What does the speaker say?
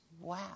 wow